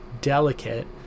delicate